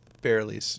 barely